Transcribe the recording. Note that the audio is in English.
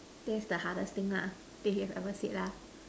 that's the hardest thing lah that you've ever said lah